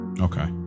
Okay